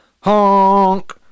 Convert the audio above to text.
HONK